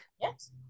yes